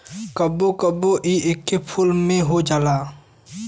कबो कबो इ एके फूल में हो जाला